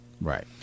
Right